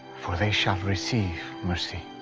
for they shall receive mercy.